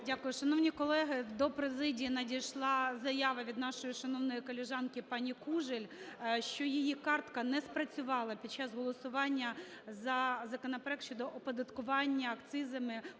Дякую. Шановні колеги, до президії надійшла заява від нашої шановної колежанки пані Кужель, що її картка не спрацювала під час голосування за законопроект щодо оподаткування акцизами,